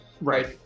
Right